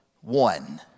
one